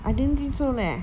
I didn't think so leh